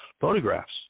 photographs